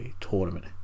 tournament